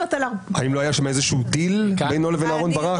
האם לא היה שם איזשהו דיל בינו לבין אהרון ברק?